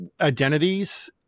identities